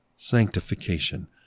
sanctification